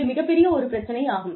இது மிகப்பெரிய ஒரு பிரச்சினையாகும்